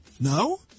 No